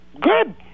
Good